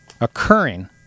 occurring